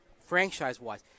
franchise-wise